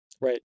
Right